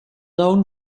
loon